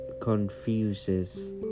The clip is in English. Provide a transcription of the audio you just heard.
confuses